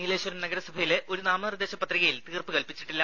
നീലേശ്വരം നഗരസഭയിലെ ഒരു നാമനിർദ്ദേശ പത്രികയിൽ തീർപ്പ് കൽപ്പിച്ചിട്ടില്ല